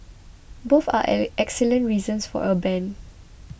both are are excellent reasons for a ban